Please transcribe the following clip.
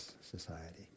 society